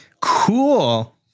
Cool